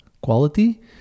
quality